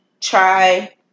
Try